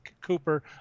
Cooper